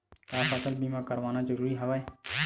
का फसल बीमा करवाना ज़रूरी हवय?